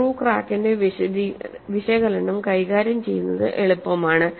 through ക്രാക്കിന്റെ വിശകലനം കൈകാര്യം ചെയ്യുന്നത് എളുപ്പമാണ്